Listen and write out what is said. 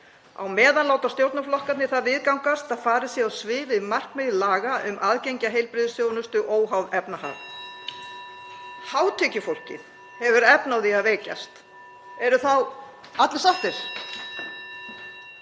Á meðan láta stjórnarflokkarnir það viðgangast að farið sé á svig við markmið laga um aðgengi að heilbrigðisþjónustu óháð efnahag. Hátekjufólkið hefur efni á því að veikjast. Eru þá allir sáttir?